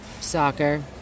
Soccer